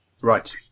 Right